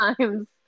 times